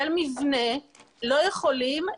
יחד עם זאת כל הנושא של חוסר כוח אדם הוא לא חלק מהמשחק,